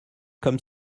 comme